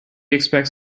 expects